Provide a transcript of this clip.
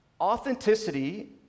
Authenticity